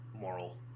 moral